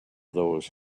those